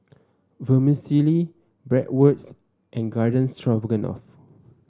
Vermicelli Bratwurst and Garden Stroganoff